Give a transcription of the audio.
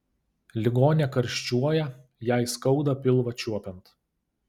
ligonė karščiuoja jai skauda pilvą čiuopiant